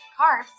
carbs